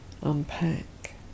unpack